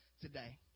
today